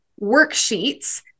worksheets